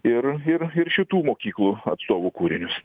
ir ir ir šitų mokyklų atstovų kūrinius